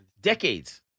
Decades